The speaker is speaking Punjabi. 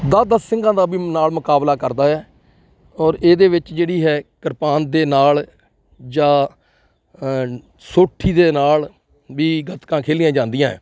ਦਸ ਦਸ ਸਿੰਘਾਂ ਦਾ ਵੀ ਨਾਲ ਮੁਕਾਬਲਾ ਕਰਦਾ ਆ ਔਰ ਇਹਦੇ ਵਿੱਚ ਜਿਹੜੀ ਹੈ ਕਿਰਪਾਨ ਦੇ ਨਾਲ ਜਾਂ ਸੋਟੀ ਦੇ ਨਾਲ ਵੀ ਗਤਕਾ ਖੇਲੀਆਂ ਜਾਂਦੀਆਂ